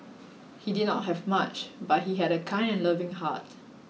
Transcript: he did not have much but he had a kind and loving heart